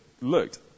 looked